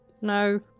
No